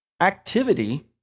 activity